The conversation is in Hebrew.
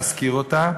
להשכיר אותה.